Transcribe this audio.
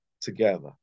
together